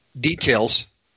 details